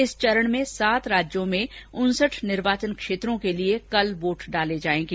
इस चरण में सात राज्यों में उनसठ निर्वाचन क्षेत्रों के लिये कल वोट डाले जायेंगे